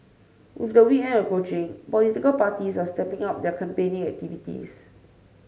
with the weekend approaching political parties are stepping up their campaigning activities